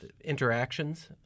interactions